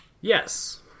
Yes